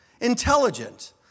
intelligent